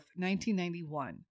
1991